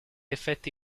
effetti